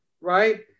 right